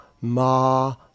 ma